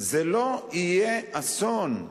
זה לא יהיה אסון,